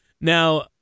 Now